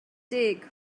deg